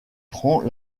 prend